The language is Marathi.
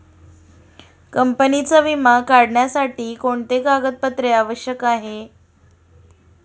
कंपनीचा विमा काढण्यासाठी कोणते कागदपत्रे आवश्यक आहे?